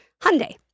Hyundai